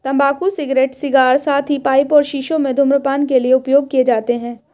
तंबाकू cigarette, cigar, साथ ही पाइप और शीशों में धूम्रपान के लिए उपयोग किए जाते हैं